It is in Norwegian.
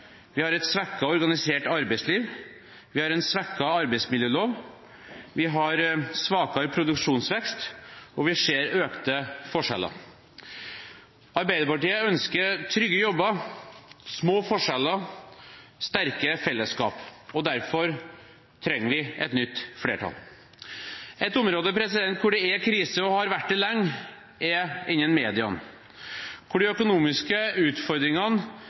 vi har et svekket organisert arbeidsliv, vi har en svekket arbeidsmiljølov, vi har svakere produksjonsvekst, og vi ser økte forskjeller. Arbeiderpartiet ønsker trygge jobber, små forskjeller og sterke felleskap, derfor trenger vi et nytt flertall. Et område hvor det er krise, og har vært det lenge, er innen media, der de økonomiske utfordringene